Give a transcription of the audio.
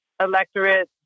electorate